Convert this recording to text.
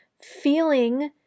feeling